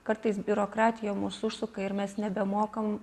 kartais biurokratija mus užsuka ir mes nebemokam